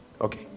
Okay